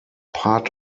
part